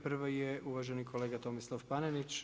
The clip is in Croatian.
Prvi je uvaženi kolega Tomislav Panenić.